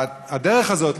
הדרך הזאת,